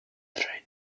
train